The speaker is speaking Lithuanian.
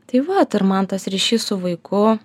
tai vat ir man tas ryšys su vaiku